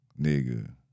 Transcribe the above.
nigga